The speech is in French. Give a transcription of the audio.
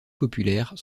populaire